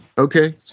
Okay